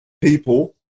People